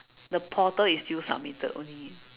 the portal is still submitted only